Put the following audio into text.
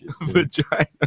Vagina